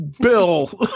bill